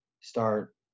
start